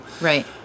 right